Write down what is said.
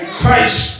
Christ